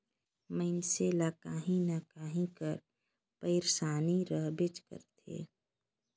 मइनसे ल काहीं न काहीं कर पइरसानी रहबेच करथे